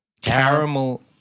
caramel